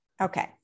Okay